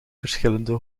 verschillende